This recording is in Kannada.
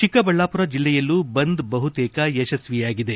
ಚಿಕ್ಕಬಳ್ಳಾಪುರ ಜಲ್ಲೆಯಲ್ಲೂ ಬಂದ್ ಬಹುತೇಕ ಯಶಸ್ವಿಯಾಗಿದೆ